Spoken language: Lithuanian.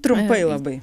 trumpai labai